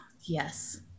yes